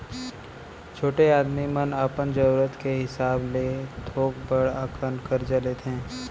छोटे आदमी मन अपन जरूरत के हिसाब ले थोक बड़ अकन करजा लेथें